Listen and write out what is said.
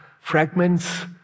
fragments